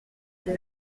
six